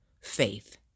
faith